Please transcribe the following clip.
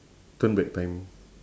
turn back time